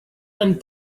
and